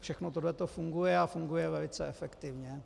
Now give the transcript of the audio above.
Všechno tohle funguje a funguje velice efektivně.